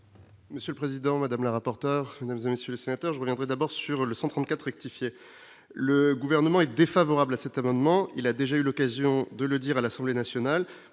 Monsieur le Président Madame la rapporteure insulter certains je voulais entrer d'abord sur le 134 rectifier le gouvernement est défavorable à cet amendement il a déjà eu l'occasion de le dire à l'Assemblée nationale,